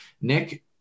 Nick